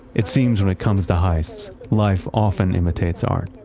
it seems when it comes to heists, life often imitates art.